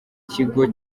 kigo